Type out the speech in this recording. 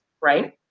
right